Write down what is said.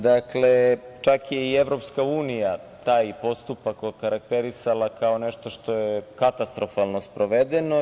Dakle, čak je i EU taj postupak okarakterisala kao nešto što je katastrofalno sprovedeno.